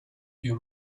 few